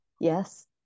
yes